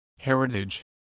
heritage